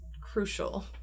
crucial